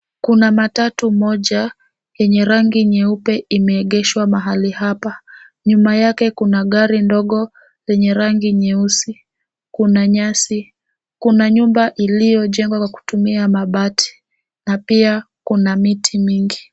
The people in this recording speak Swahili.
Kuna matatu moja yenye rangi nyeupe imeegeshwa mahali hapa. Nyuma yake kuna gari ndogo yenye nyeusi. Kuna nyasi, kuna nyumba iliyojengwa kwa kutumia mabati na pia kuna miti mingi.